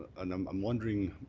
and um i'm wondering,